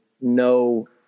no